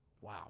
Wow